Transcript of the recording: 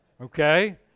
Okay